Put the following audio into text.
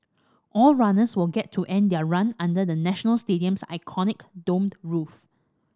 all runners will get to end their run under the National Stadium's iconic domed roof